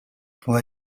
può